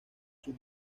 sus